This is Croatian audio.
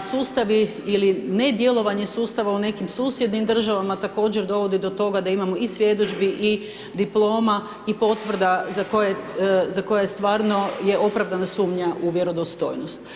sustavi ili nedjelovanje sustava u nekim susjednim državama također dovodi do toga da imamo i svjedodžbi i diploma i potvrda za koje, za koje stvarno je opravdana sumnja u vjerodostojnost.